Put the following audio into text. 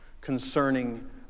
concerning